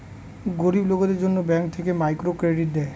গরিব লোকদের জন্য ব্যাঙ্ক থেকে মাইক্রো ক্রেডিট দেয়